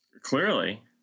clearly